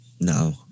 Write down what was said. No